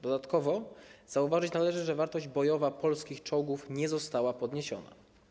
Dodatkowo zauważyć należy, że wartość bojowa polskich czołgów nie została podniesiona.